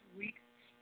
weeks